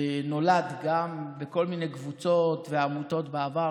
נולד גם בכל מיני קבוצות ועמותות בעבר,